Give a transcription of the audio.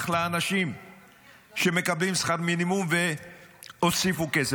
לאנשים שמקבלים שכר מינימום והוסיפו כסף,